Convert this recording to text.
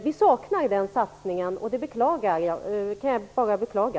Vi saknar den satsningen. Det kan jag bara beklaga.